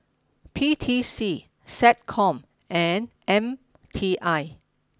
P T C SecCom and M T I